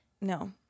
no